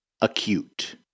acute